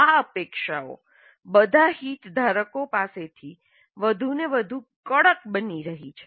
આ અપેક્ષાઓ બધા હિતધારકો પાસેથી વધુ ને વધુ કડક બની રહી છે